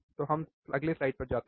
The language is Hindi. तो हम अगले स्लाइड पर जाते हैं